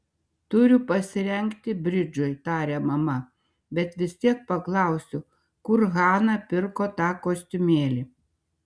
turiu pasirengti bridžui tarė mama bet vis tiek paklausiu kur hana pirko tą kostiumėlį